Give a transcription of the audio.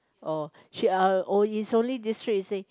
oh she uh oh it's only this trip she said